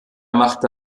machte